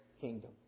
kingdom